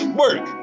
work